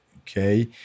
okay